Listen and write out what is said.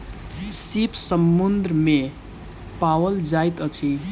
सीप समुद्र में पाओल जाइत अछि